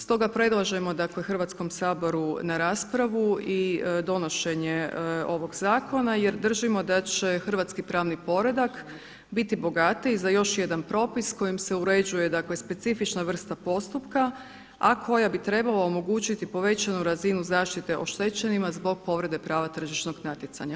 Stoga predlažemo Hrvatskom saboru na raspravu i donošenje ovog zakona jer držimo da će hrvatski pravni poredak biti bogatiji za još jedan propis kojim se uređuje specifična vrsta postupka, a koja bi trebala omogućiti povećanu razinu zaštite oštećenima zbog povrede prava tržišnog natjecanja.